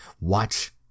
watch